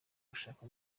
gushaka